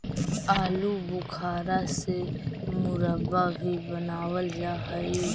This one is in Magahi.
आलू बुखारा से मुरब्बा भी बनाबल जा हई